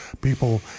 people